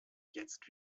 jetzt